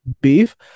beef